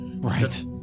Right